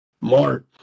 Mark